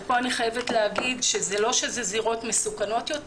כאן אני חייבת לומר שלא שאלה זירות מסוכנות יותר